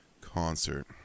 concert